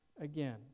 Again